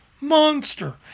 monster